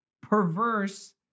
perverse